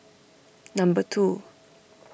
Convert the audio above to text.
number two